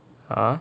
(uh huh)